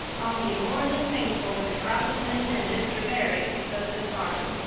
i'll be more than thankful when the crop is in and mr. barry takes over the farm.